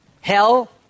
hell